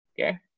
okay